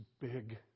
big